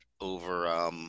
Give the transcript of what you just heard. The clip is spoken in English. over